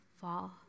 fall